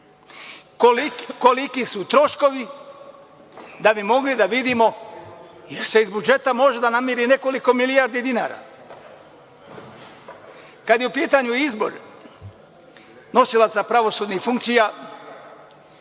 Koliki su troškovi, da bi mogli da vidimo, jer se iz budžeta može da namiri nekoliko milijardi dinara? Kada je u pitanju izbor nosilaca pravosudnih funkcija,